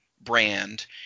brand